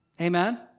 Amen